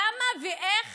למה ואיך